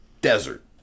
desert